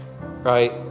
right